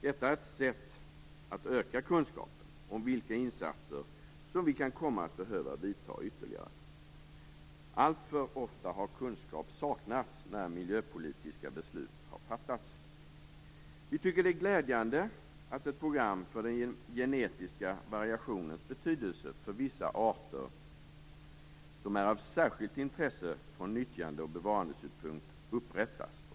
Detta är ett sätt att öka kunskapen om vilka ytterligare insatser vi kan komma att behöva vidta. Alltför ofta har kunskap saknats när miljöpolitiska beslut har fattats. Vi tycker att det är glädjande att ett program för den genetiska variationens betydelse för vissa arter som är av särskilt intresse från nyttjande och bevarandesynpunkt upprättas.